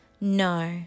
No